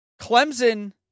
Clemson